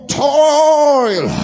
toil